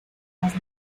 gas